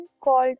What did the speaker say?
called